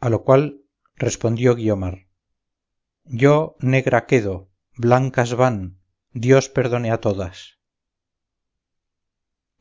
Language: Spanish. a lo cual respondió guiomar yo negra quedo blancas van dios perdone a todas